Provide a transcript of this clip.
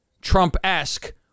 Trump-esque